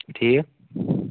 ٹھیٖک